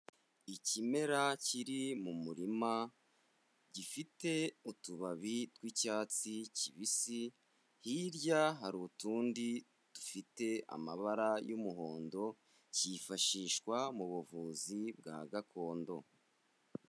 Ikimera kiri mu murima, gifite utubabi twicyatsi kibisi, hirya hari utundi dufite amabara y'umuhondo, cyifashishwa mu buvuzi bwa gakondo.